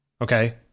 Okay